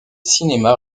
cinéma